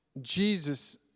Jesus